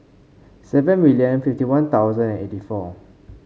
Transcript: seven million fifty One Thousand eighty four